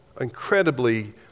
incredibly